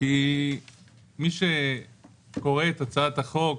כי מי שקורא את הצעת החוק,